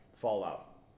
Fallout